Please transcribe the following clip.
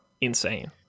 insane